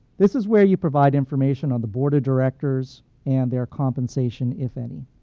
this is where you provide information on the board of directors and their compensation, if any.